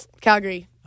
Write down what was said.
Calgary